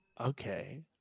Okay